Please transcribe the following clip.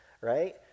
right